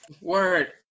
word